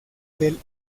del